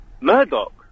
Murdoch